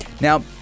Now